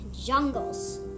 jungles